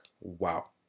Wow